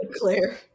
Claire